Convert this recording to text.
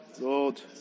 Lord